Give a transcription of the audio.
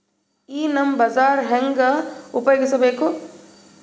ಈ ನಮ್ ಬಜಾರ ಹೆಂಗ ಉಪಯೋಗಿಸಬೇಕು?